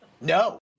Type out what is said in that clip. No